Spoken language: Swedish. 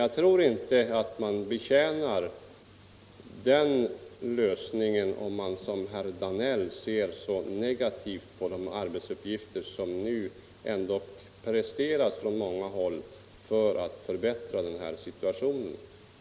Jag tror inte att man främjar den lösningen om man som herr Danell ser så negativt på de arbetsinsatser som ändå presteras från många håll för att förbättra denna situation.